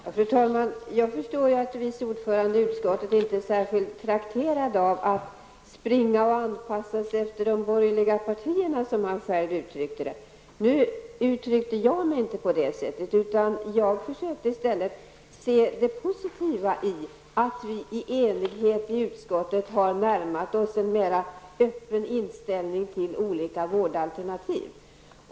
Fru talman! Jag förstår att vice ordföranden i utskottet inte är särskilt trakterad av att springa och anpassa sig efter de borgerliga partierna, som han själv uttryckte det. Nu uttryckte jag mig inte på det sättet, utan jag försökte i stället se det positiva i att vi i utskottet under enighet har närmat oss en mer öppen inställning till olika vårdalternativ.